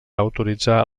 autoritzar